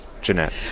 Jeanette